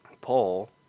Paul